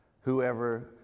Whoever